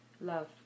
love